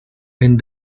when